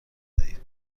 دهید